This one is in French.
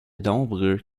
nombreux